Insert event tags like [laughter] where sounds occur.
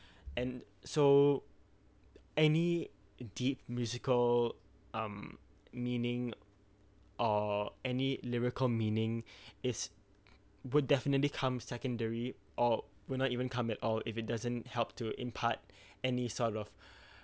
[breath] and so any deep musical um meaning or any lyrical meaning [breath] is would definitely come secondary or would not even come at all if it doesn't help to impart [breath] any sort of [breath]